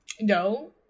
No